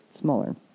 smaller